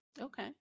Okay